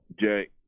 Jay